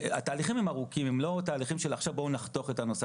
התהליכים הם ארוכים הם לא תהליכים של עכשיו בואו נחתוך את הנושא,